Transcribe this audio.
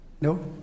No